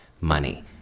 money